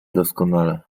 doskonale